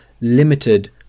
limited